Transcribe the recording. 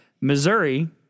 Missouri